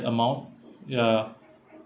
amount ya